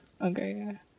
okay